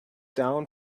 down